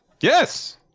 Yes